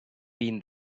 been